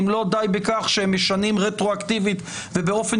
אם לא די בכך שהם משנים רטרואקטיבית ובאופן